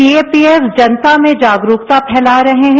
CAPF जनता में जागरुकता फैला रहे हैं